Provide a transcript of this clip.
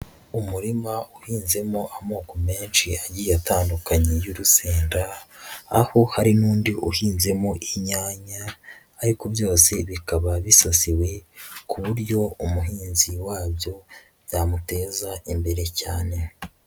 Umurima uhinzemo amoko menshi atandukanye y'urusenda, aho hari n'undi uhinzemo inyanya, ariko byose bikaba bisasiwe ku buryo umuhinzi wabyo byamuteza imbere cyane.